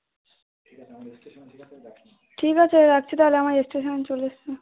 ঠিক আছে রাখছি তাহলে আমার স্টেশন চলে এসছে